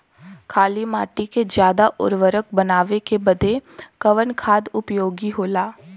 काली माटी के ज्यादा उर्वरक बनावे के बदे कवन खाद उपयोगी होला?